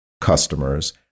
customers